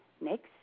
Next